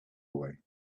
away